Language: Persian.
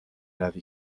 روی